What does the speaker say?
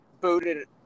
booted